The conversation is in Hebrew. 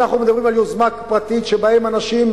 אנחנו מדברים על יוזמה פרטית שבה אנשים,